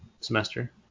semester